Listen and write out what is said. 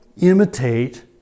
imitate